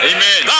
Amen